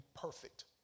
perfect